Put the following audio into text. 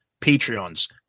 Patreons